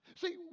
See